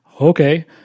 okay